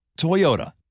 Toyota